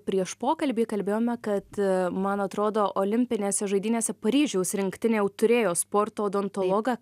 prieš pokalbį kalbėjome kad man atrodo olimpinėse žaidynėse paryžiaus rinktinė jau turėjo sporto odontologą